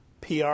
PR